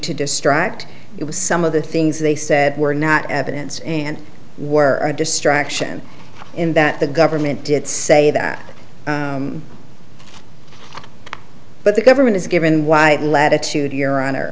to distract it was some of the things they said were not evidence and were a distraction in that the government did say that but the government is given y latitude your hon